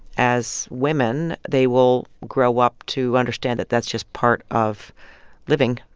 as women, they will grow up to understand that that's just part of living,